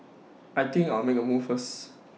I think I'll make A move first